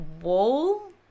wall